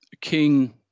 King